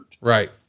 Right